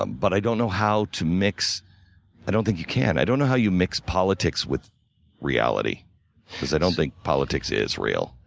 um but i don't know how to mix i don't think you can. i don't know how you mix politics with reality because i don't think politics is real.